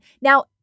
Now